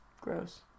Gross